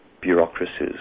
bureaucracies